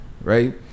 right